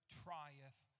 trieth